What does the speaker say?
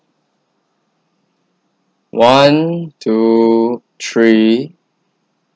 one two three